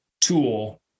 tool